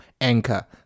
anchor